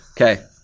Okay